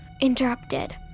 Interrupted